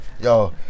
Yo